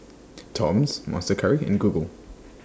Toms Monster Curry and Google